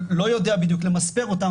אני לא יודע בדיוק למספר אותם,